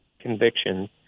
convictions